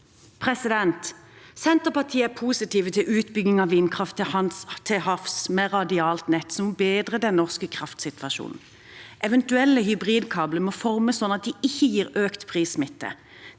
forbrukere. Senterpartiet er positiv til utbygging av vindkraft til havs med radialt nett som bedrer den norske kraftsituasjonen. Eventuelle hybridkabler må formes sånn at de ikke gir økt prissmitte.